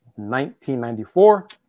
1994